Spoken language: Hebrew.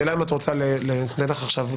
השאלה אם את רוצה להתייחס עכשיו.